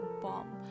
bomb